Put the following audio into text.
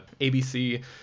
ABC